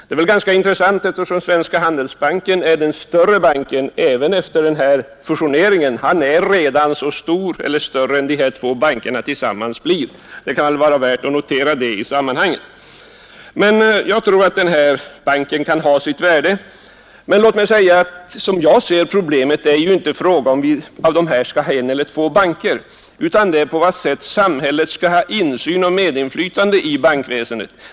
Det är ganska intressant, eftersom Svenska handelsbanken är den större banken även efter fusioneringen. Den är redan så stor som eller större än de två bankerna tillsammans blir. Det kan vara värt att notera i sammanhanget. Jag tror att den här banken kan ha sitt värde, men låt mig säga att som jag ser saken är inte problemet om man skall ha en eller två banker utan på vad sätt samhället skall ha insyn och medinflytande i bankväsendet.